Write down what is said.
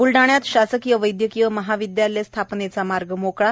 ब्लडाण्यात शासकीय वैद्यकीय महाविद्यालयाचा मार्ग मोकळा